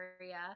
area